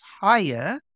higher